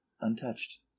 untouched